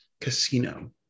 casino